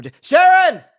Sharon